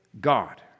God